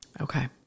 Okay